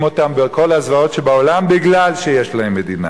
אותם בכל הזוועות שבעולם כי יש להם מדינה.